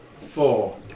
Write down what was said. four